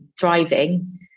thriving